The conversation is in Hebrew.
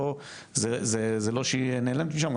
זה לא שהיא נעלמת משם.